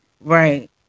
Right